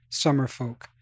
Summerfolk